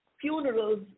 Funerals